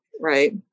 Right